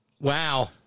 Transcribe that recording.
Wow